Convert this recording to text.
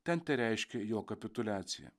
ten tereiškė jo kapituliaciją